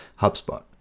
HubSpot